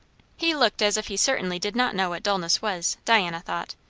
he looked as if he certainly did not know what dulness was, diana thought.